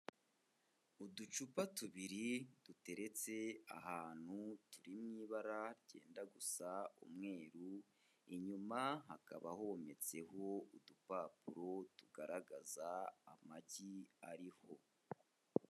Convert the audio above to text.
Uducupa tubiri duteretse ahantu turi mu ibara ryenda gusa umweru, inyuma hakaba hometseho udupapuro tugaragaza amagi ariho.